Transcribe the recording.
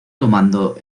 tomando